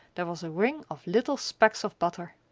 there was a ring of little specks of butter.